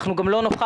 אנחנו גם לא נוכל,